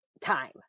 time